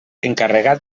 encarregat